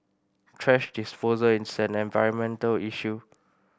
thrash disposal is an environmental issue